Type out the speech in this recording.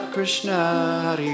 Krishna